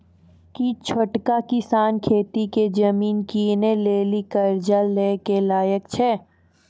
कि छोटका किसान खेती के जमीन किनै लेली कर्जा लै के लायक छै?